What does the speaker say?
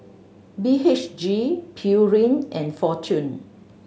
B H G Pureen and Fortune